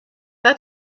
that